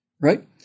Right